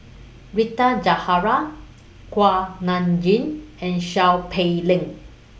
Rita Zahara Kuak Nam Jin and Seow Peck Leng